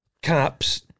caps